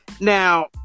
now